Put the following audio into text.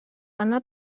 anna